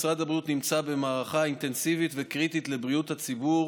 משרד הבריאות נמצא במערכה אינטנסיבית וקריטית לבריאות הציבור